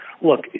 look